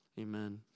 Amen